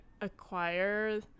acquire